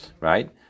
right